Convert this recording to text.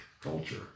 culture